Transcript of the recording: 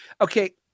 Okay